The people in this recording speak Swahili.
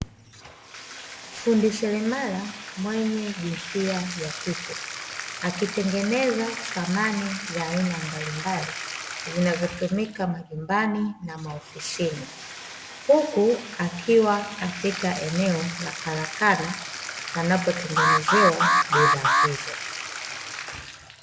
Fundi seremala mwenye jinsia ya kike, akitengeneza samani za aina mbalimbali, zinazotumika majumbani na maofisini, huku akiwa katika eneo la karakana panapo tengenezewa bidhaa hizo.